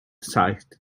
sighed